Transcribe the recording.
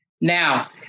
Now